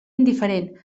indiferent